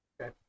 okay